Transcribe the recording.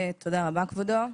תודה רבה, כבודו.